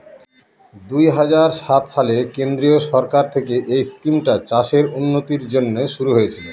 দুই হাজার সাত সালে কেন্দ্রীয় সরকার থেকে এই স্কিমটা চাষের উন্নতির জন্যে শুরু হয়েছিল